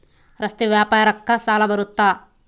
ರಸ್ತೆ ವ್ಯಾಪಾರಕ್ಕ ಸಾಲ ಬರುತ್ತಾ?